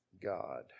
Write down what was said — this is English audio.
God